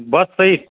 बससहित